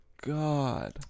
god